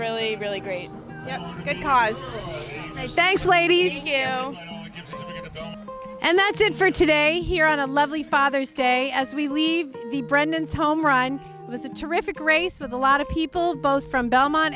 really really great because thanks ladies and that's it for today here on a lovely father's day as we leave the brendan's home run it was a terrific race with a lot of people both from belmont